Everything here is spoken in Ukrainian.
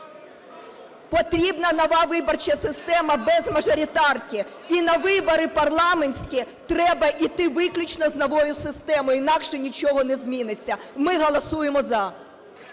...потрібна нова виборча система без мажоритарки, і на вибори парламентські треба іти виключно з новою системою, інакше нічого не зміниться. Ми голосуємо - за.